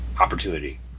opportunity